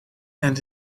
and